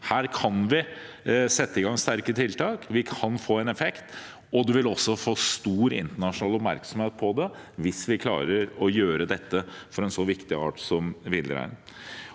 Her kan vi sette i gang sterke tiltak, vi kan få en effekt, og det vil også få stor internasjonal oppmerksomhet hvis vi klarer å gjøre dette for en så viktig art som villreinen.